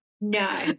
No